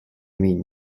mean